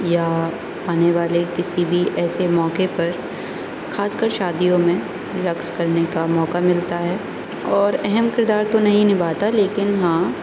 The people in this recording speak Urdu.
یا آنے والے کسی بھی ایسے موقعے پر خاص کر شادیوں میں رقص کرنے کا موقع ملتا ہے اور اہم کردار تو نہیں نبھاتا لیکن ہاں